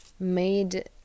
made